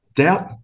Doubt